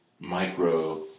micro